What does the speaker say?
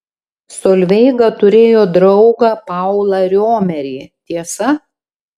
solveiga turėjo draugą paulą riomerį tiesa